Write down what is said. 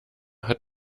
hat